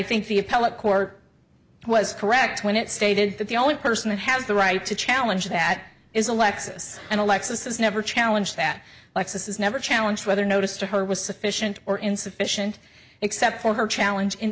think the appellate court was correct when it stated that the only person that has the right to challenge that is a lexus and a lexus is never challenge that lexus is never a challenge whether notice to her was sufficient or insufficient except for her challenge in